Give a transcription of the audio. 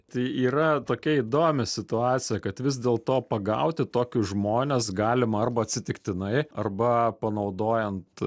tai yra tokia įdomia situacija kad vis dėlto pagauti tokius žmones galima arba atsitiktinai arba panaudojant